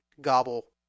gobble